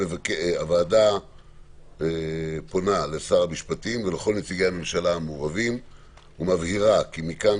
הוועדה פונה לשר המשפטים ולכל נציגי הממשלה המעורבים ומבהירה כי מכאן